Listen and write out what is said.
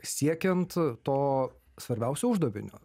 siekiant to svarbiausio uždavinio